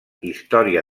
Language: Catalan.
història